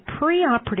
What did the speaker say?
preoperative